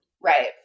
Right